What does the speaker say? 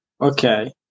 Okay